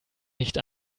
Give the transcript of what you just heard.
nicht